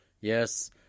yes